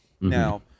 Now